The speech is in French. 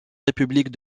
république